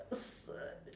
s~